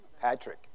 Patrick